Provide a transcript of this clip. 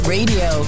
Radio